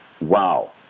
Wow